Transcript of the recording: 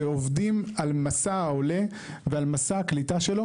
שעובדים על מסע העולה ועל מסע הקליטה שלו,